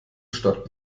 stadt